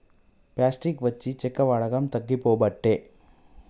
plastic వచ్చి చెక్క వాడకం తగ్గిపోబట్టే